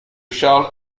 charles